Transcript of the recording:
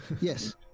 Yes